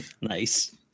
nice